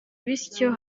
bityo